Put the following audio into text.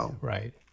Right